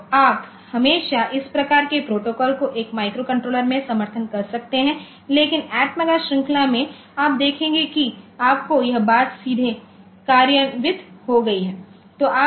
तो आप हमेशा इस प्रकार के प्रोटोकॉल को एक माइक्रोकंट्रोलर में समर्थन कर सकते हैं लेकिन एटमेगा श्रृंखला में आप देखते हैं कि आपको यह बात सीधे कार्यान्वित हो गई है